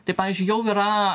tai pavyzdžiui jau yra